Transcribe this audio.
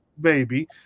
baby